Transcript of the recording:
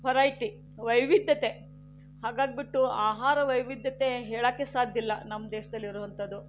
variety ವೈವಿಧ್ಯತೆ ಹಾಗಾಗ್ಬಿಟ್ಟು ಆಹಾರ ವೈವಿಧ್ಯತೆ ಹೇಳಕ್ಕೆ ಸಾಧ್ಯಿಲ್ಲ ನಮ್ಮ ದೇಶದಲ್ಲಿರುವಂಥದ್ದು